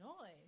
noise